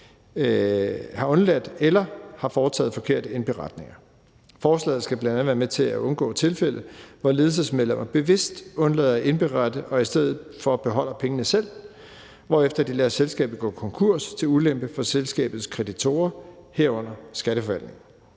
indberetninger eller har foretaget forkerte indberetninger. Forslaget skal bl.a. være med til, at man undgår tilfælde, hvor ledelsesmedlemmer bevidst undlader at indberette og i stedet for beholder pengene selv, hvorefter de lader selskabet gå konkurs til ulempe for selskabets kreditorer, herunder Skatteforvaltningen.